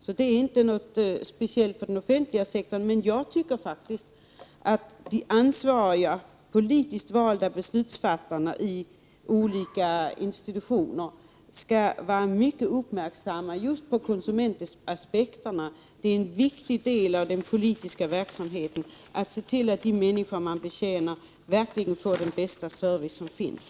Det är alltså inte någonting som är speciellt för den offentliga sektorn. Men jag tycker faktiskt att de ansvariga politiskt valda beslutsfattarna i olika institutioner skall vara mycket uppmärksamma just på konsumentaspekterna. Det är en viktig del av den politiska verksamheten att se till att de människor man betjänar verkligen får den bästa tänkbara service.